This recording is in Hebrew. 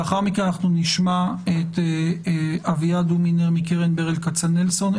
לאחר מכן נשמע את אביעד הומינר מקרן ברל כצנלסון,